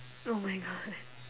oh my god